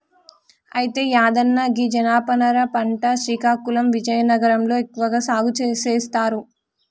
అయితే యాదన్న గీ జనపనార పంట శ్రీకాకుళం విజయనగరం లో ఎక్కువగా సాగు సేస్తారు